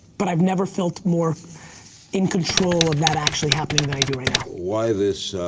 but i've never felt more in control of that actually happening than i do right now. why this,